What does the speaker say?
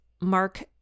Mark